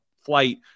flight